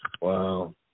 Wow